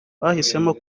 bahisemo